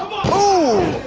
oh!